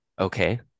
okay